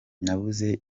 nabuze